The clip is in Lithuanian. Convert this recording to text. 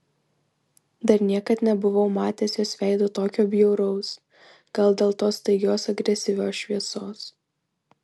dar niekad nebuvau matęs jos veido tokio bjauraus gal dėl tos staigios agresyvios šviesos